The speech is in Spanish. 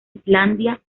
islandia